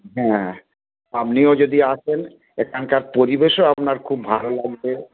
হ্যাঁ আপনিও যদি আসেন এখানকার পরিবেশও আপনার খুব ভালো লাগবে